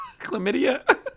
Chlamydia